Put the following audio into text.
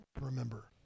remember